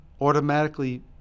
automatically